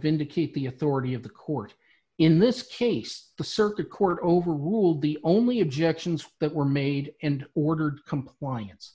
vindicate the authority of the court in this case the circuit court overruled the only objections that were made and ordered compliance